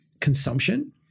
consumption